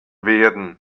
werden